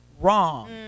wrong